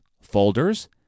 folders